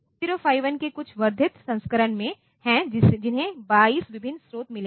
8051 के कुछ वर्धित संस्करण हैं जिन्हें 22 विभिन्न स्रोत मिले हैं